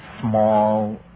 small